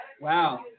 wow